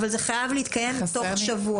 אבל זה חייב להתקיים תוך שבוע.